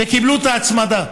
וקיבלו את ההצמדה.